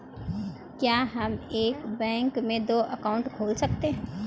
क्या हम एक बैंक में दो अकाउंट खोल सकते हैं?